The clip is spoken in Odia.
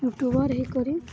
ଦୂରେ ରହିକରି